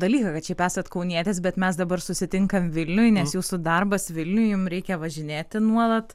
dalyką kad šiaip esat kaunietis bet mes dabar susitinkam vilniuj jūsų darbas vilniuj jum reikia važinėti nuolat